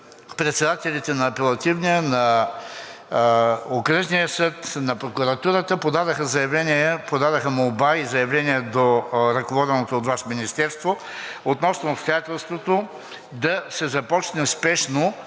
председателите на Апелативния, на Окръжния съд, на прокуратурата подадоха молба и заявление до ръководеното от Вас министерство относно обстоятелството да се започне спешно